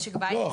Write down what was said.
משק בית --- לא,